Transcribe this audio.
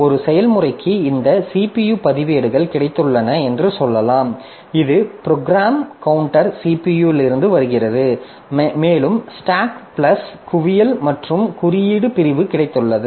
ஒரு செயல்முறைக்கு இந்த CPU பதிவேடுகள் கிடைத்துள்ளன என்று சொல்லலாம் இது ப்ரோக்ராம் கவுண்டர் CPU இலிருந்து வருகிறது மேலும் ஸ்டேக் பிளஸ் குவியல் மற்றும் குறியீடு பிரிவு கிடைத்துள்ளது